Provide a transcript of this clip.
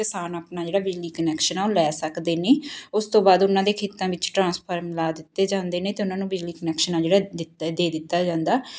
ਕਿਸਾਨ ਆਪਣਾ ਜਿਹੜਾ ਬਿਜਲੀ ਕਨੈਕਸ਼ਨ ਹੈ ਉਹ ਲੈ ਸਕਦੇ ਨੇ ਉਸ ਤੋਂ ਬਾਅਦ ਉਹਨਾਂ ਦੇ ਖੇਤਾਂ ਵਿੱਚ ਟਰਾਂਸਫਾਰਮਰ ਲਾ ਦਿੱਤੇ ਜਾਂਦੇੇ ਨੇ ਅਤੇ ਉਹਨਾਂ ਨੂੰ ਬਿਜਲੀ ਕਨੈਕਸ਼ਨ ਆ ਜਿਹੜਾ ਦਿੱਤਾ ਦੇ ਦਿੱਤਾ ਜਾਂਦਾ